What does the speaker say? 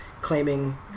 claiming